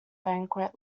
banquet